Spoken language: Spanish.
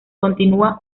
continua